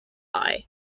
eye